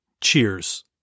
Cheers